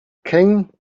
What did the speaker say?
king